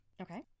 Okay